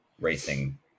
racing